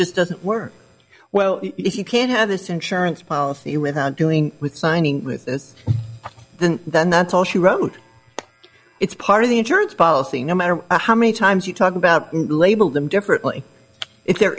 just doesn't work well if you can't have this insurance policy without dealing with signing with us then that's all she wrote it's part of the insurance policy no matter how many times you talk about label them differently if they're